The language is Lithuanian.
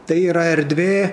tai yra erdvė